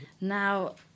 Now